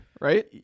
right